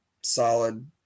solid